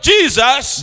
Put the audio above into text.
Jesus